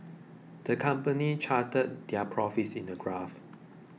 the company charted their profits in a graph